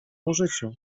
użyciu